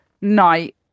night